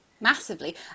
massively